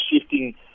shifting